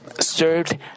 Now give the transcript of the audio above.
served